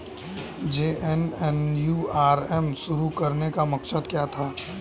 JNNURM शुरू करने का मकसद क्या था?